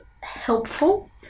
helpful